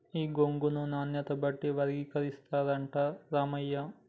ఈ గోగును నాణ్యత బట్టి వర్గీకరిస్తారట రామయ్య